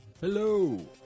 Hello